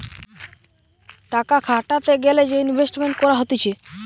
টাকা খাটাতে গ্যালে যে ইনভেস্টমেন্ট করা হতিছে